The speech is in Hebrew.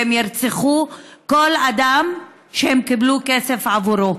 והן ירצחו כל אדם שהן קיבלו כסף עבורו.